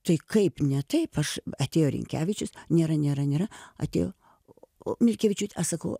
tai kaip ne taip aš atėjo rinkevičius nėra nėra nėra atėjo o mickevičiūtė aš sakau